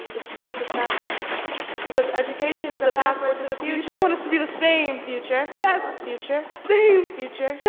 it's just a test because education is the passport to the future. you just want us to be the same. future. test. future. same. future. yeah